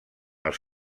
els